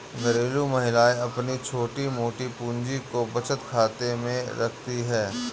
घरेलू महिलाएं अपनी छोटी मोटी पूंजी को बचत खाते में रखती है